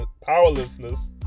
powerlessness